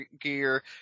gear